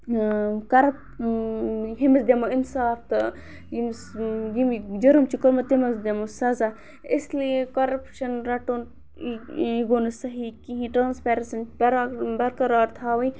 corrupt ہُمِس دِمہٕ اِنصاف تہٕ یٔمِس یٔمۍ یہِ جُرُم چھِ کوٚرمُت تٔمِس دِمو سَزا اِسلیے کَرَپشَن رَٹُن یہِ گوٚو نہٕ صحیح کِہیٖنۍ ٹرٛانسپیرَنسی بَرا بَرقرار تھاوٕنۍ